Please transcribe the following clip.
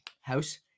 house